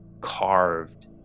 carved